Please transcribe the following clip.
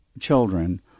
children